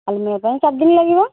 ଆଲମିରା ପାଇଁ ଚାରି ଦିନ ଲାଗିବ